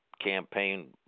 campaign